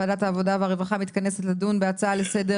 ועדת העבודה והרווחה מתכנסת לדון בהצעה לסדר